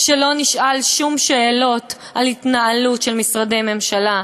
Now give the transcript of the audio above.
שלא נשאל שום שאלות על התנהלות של משרדי ממשלה,